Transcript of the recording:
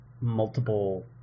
multiple